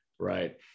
Right